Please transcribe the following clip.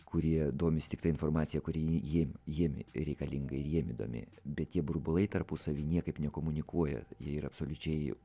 kurie domisi tik ta informacija kurį ji jiem jiem reikalinga ir jiem įdomi bet tie burbulai tarpusavy niekaip nekomunikuoja jie yra absoliučiai